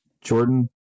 Jordan